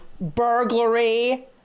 burglary